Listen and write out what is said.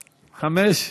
חמש?